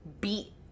beat